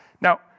Now